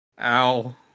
Ow